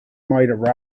might